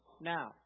now